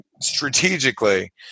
strategically